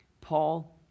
Paul